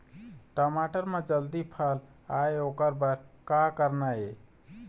टमाटर म जल्दी फल आय ओकर बर का करना ये?